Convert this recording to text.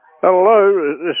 Hello